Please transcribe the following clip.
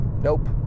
Nope